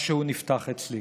משהו נפתח אצלי,